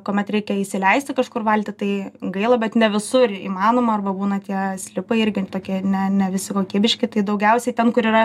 kuomet reikia įsileisti kažkur valtį tai gaila bet ne visur įmanoma arba būna tie slipai irgi tokie ne ne visi kokybiški tai daugiausiai ten kur yra